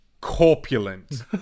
corpulent